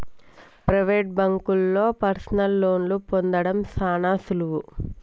private బాంకుల్లో personal లోన్లు పొందడం సాన సులువు